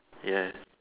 ya